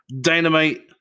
Dynamite